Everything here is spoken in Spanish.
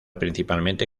principalmente